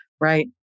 right